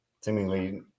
seemingly